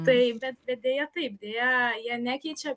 tai bet deja taip deja jie nekeičia